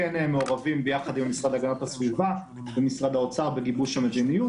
מעורבים ביחד עם המשרד להגנת הסביבה ומשרד האוצר בגיבוש המדיניות